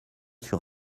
sur